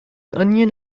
onion